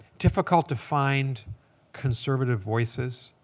difficult to find conservative voices.